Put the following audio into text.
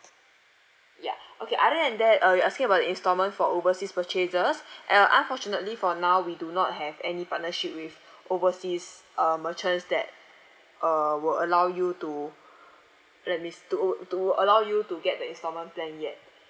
ya okay other than that uh you're asking about the instalment for overseas purchases uh unfortunately for now we do not have any partnership with overseas uh merchants that uh will allow you to that let me to to allow you to get the instalment plan yet